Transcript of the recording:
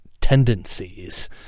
tendencies